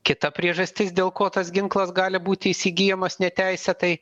kita priežastis dėl ko tas ginklas gali būti įsigyjamas neteisėtai